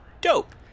dope